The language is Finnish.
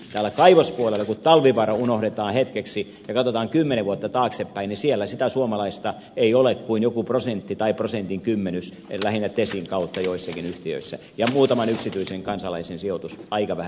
täällä kaivospuolella kun talvivaara unohdetaan hetkeksi ja katsotaan kymmenen vuotta taaksepäin sitä suomalaista ei ole kuin joku prosentti tai prosentin kymmenys lähinnä tesin kautta joissakin yhtiöissä ja muutaman yksityisen kansalaisen sijoitus aika vähän